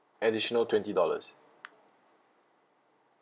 additional twenty dollars